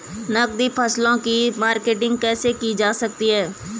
नकदी फसलों की मार्केटिंग कैसे की जा सकती है?